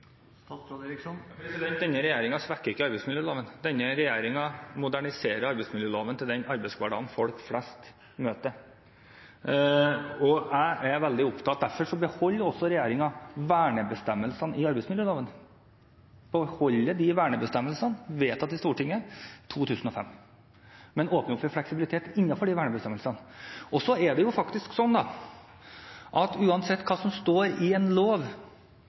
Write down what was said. Denne regjeringen svekker ikke arbeidsmiljøloven; denne regjeringen moderniserer arbeidsmiljøloven til den arbeidshverdagen folk flest møter. Derfor beholder også regjeringen vernebestemmelsene i arbeidsmiljøloven, beholder de vernebestemmelsene som ble vedtatt i Stortinget i 2005, men åpner opp for fleksibilitet innenfor vernebestemmelsene. Så er det jo faktisk slik at uansett hva som står i en lov,